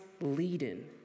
leading